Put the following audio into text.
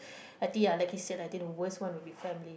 like you said I think worst one would be family